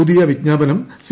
പുതിയ പിജ്ഞാപനം സി